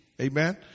Amen